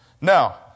now